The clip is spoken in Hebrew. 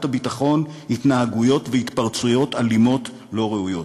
הביטחון התנהגויות והתפרצויות אלימות לא ראויות.